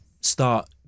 start